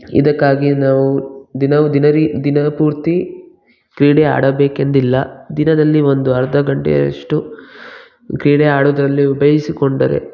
ಇದಕ್ಕಾಗಿ ನಾವು ದಿನವೂ ದಿನ ದಿನಪೂರ್ತಿ ಕ್ರೀಡೆ ಆಡಬೇಕೆಂದಿಲ್ಲ ದಿನದಲ್ಲಿ ಒಂದು ಅರ್ಧ ಗಂಟೆಯಷ್ಟು ಕ್ರೀಡೆ ಆಡುವುದರಲ್ಲಿ ಉಪಯೋಗಿಸಿಕೊಂಡರೆ